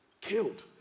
killed